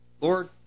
Lord